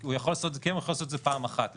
הוא יכול לעשות את זה פעם אחת לדעתי.